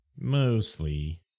Mostly